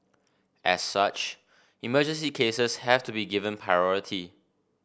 as such emergency cases have to be given priority